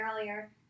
earlier